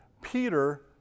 Peter